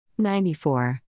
94